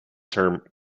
term